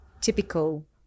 typical